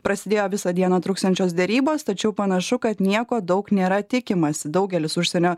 prasidėjo visą dieną truksiančios derybos tačiau panašu kad nieko daug nėra tikimasi daugelis užsienio